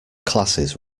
classes